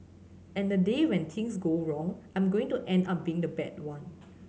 and the day when things go wrong I'm going to end up being the bad one